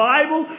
Bible